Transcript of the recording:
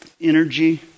energy